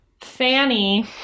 Fanny